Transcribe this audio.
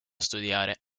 studiare